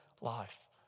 life